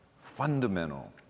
Fundamental